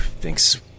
thinks